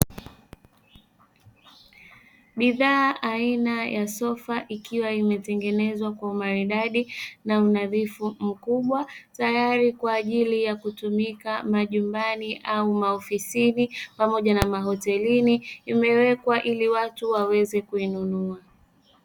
Bidhaa aina ya sofa ikiwa imetengenezwa kwa umaridadi na unadhifu mkubwa tayari kwa ajili ya kutumika majumbani au maofisini pamoja na mahotelini imewekwa ili watu waweze kuinunua.